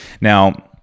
Now